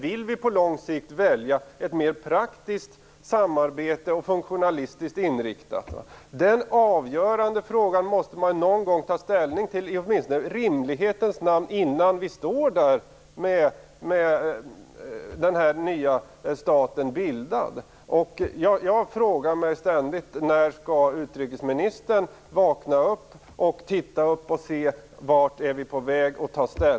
Vill vi på lång sikt välja ett mer praktiskt och funktionalistiskt inriktat samarbete? Någon gång måste man ta ställning till dessa avgörande frågor, åtminstone innan man står där med en nybildad stat. Jag frågar mig ständigt när utrikesministern skall vakna upp och se vilken ställning vi är på väg att anta.